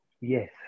Yes